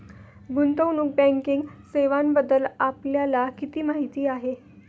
गुंतवणूक बँकिंग सेवांबद्दल आपल्याला किती माहिती आहे?